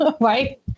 right